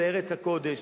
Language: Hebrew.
לארץ הקודש,